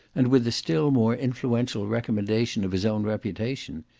and with the still more influential recommendation of his own reputation,